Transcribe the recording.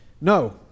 No